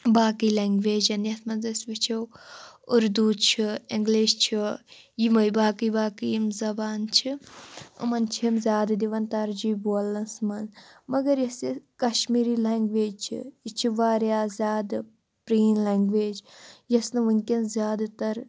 باقٕے لٮ۪نگویجَن یَتھ منٛز أسۍ وٕچھو اُردو چھُ اِنٛگلِش چھُ یِمَے باقٕے باقٕے یِم زبان چھِ یِمَن چھِ یِم زیادٕ دِوان ترجیح بولنَس منٛز مگر یۄس یہِ کَشمیٖری لٮ۪نٛگویج چھِ یہِ چھِ واریاہ زیادٕ پرٲنۍ لٮ۪نٛگویج یۄس نہٕ وٕنۍکٮ۪ن زیادٕ تَر